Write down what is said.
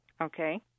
okay